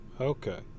Okay